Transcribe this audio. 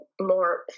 more